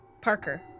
Parker